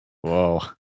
Whoa